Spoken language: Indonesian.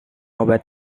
obat